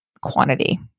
quantity